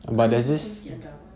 aunties 都喜欢 drama